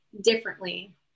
differently